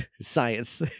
science